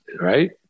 right